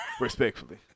respectfully